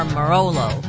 Marolo